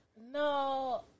No